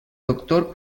doctor